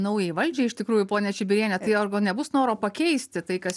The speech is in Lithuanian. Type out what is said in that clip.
naujai valdžiai iš tikrųjų ponia čibiriene tai ar gal nebus noro pakeisti tai kas